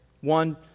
One